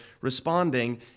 responding